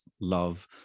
love